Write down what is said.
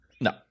No